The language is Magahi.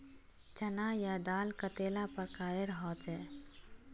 चना या दाल कतेला प्रकारेर होचे?